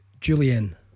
Julian